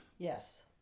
Yes